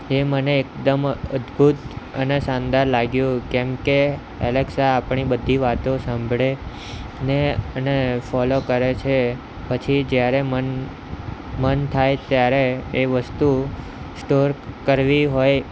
તે મને એકદમ અદ્ભુત અને શાનદાર લાગ્યું કેમકે એલેકસા આપણી બધી વાતો સાંભળે ને અને ફોલો કરે છે પછી જ્યારે મન મન થાય ત્યારે એ વસ્તુ સ્ટોર કરવી હોય